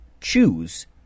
choose